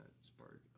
spark